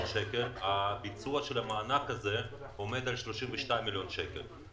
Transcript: שקלים וביצוע המענק הזה עומד על 32 מיליון שקלים.